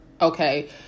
okay